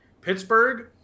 Pittsburgh